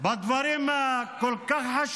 בדברים החשובים כל כך,